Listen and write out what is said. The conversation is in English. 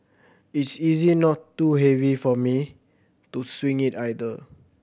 it's easy not too heavy for me to swing it either